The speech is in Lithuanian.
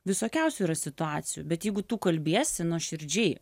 visokiausių yra situacijų bet jeigu tu kalbiesi nuoširdžiai